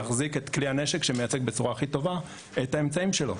יחזיק את כלי הנשק שמייצג בצורה הכי טובה את האמצעים שלו.